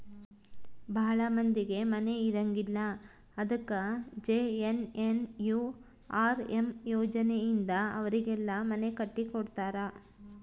ಭಾಳ ಮಂದಿಗೆ ಮನೆ ಇರಂಗಿಲ್ಲ ಅದಕ ಜೆ.ಎನ್.ಎನ್.ಯು.ಆರ್.ಎಮ್ ಯೋಜನೆ ಇಂದ ಅವರಿಗೆಲ್ಲ ಮನೆ ಕಟ್ಟಿ ಕೊಡ್ತಾರ